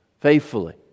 faithfully